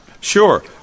Sure